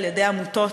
על-ידי עמותות,